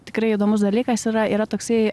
tikrai įdomus dalykas yra yra toksai